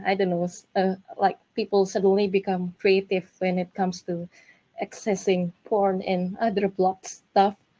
and know so ah like people suddenly become creative when it comes to accessing porn and other blocked stuff.